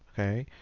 okay,